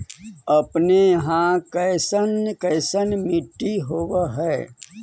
अपने यहाँ कैसन कैसन मिट्टी होब है?